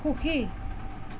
সুখী